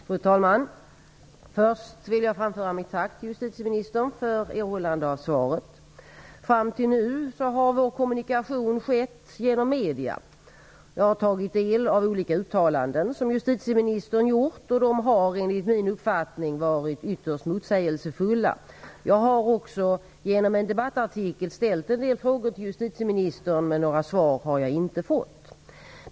Fru talman! Först vill jag framföra mitt tack till justitieministern för erhållande av svaret. Fram till nu har vår kommunikation skett genom medierna. Jag har tagit del av olika uttalanden som justitieministern gjort. De har enligt min uppfattning varit ytterst motsägelsefulla. Jag har också ställt en del frågor till justitieministern genom en debattartikel, men jag har inte fått några svar.